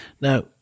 Now